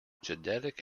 genetic